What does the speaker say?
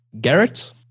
Garrett